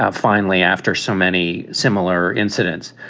ah finally, after so many similar incidents,